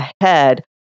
ahead